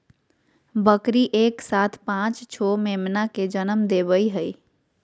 बकरी एक साथ पांच छो मेमना के जनम देवई हई